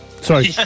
Sorry